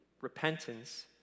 Repentance